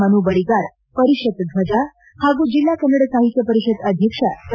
ಮನು ಬಳಿಗಾರ್ ಪರಿಷತ್ ಧ್ವಜ ಹಾಗೂ ಜಿಲ್ಲಾ ಕನ್ನಡ ಸಾಹಿತ್ಯ ಪರಿಷತ್ ಅಧ್ಯಕ್ಷ ಡಾ